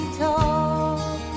talk